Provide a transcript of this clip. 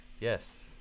Yes